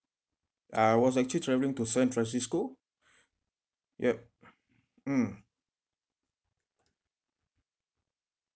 I was actually travelling to san francisco yup mm